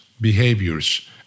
behaviors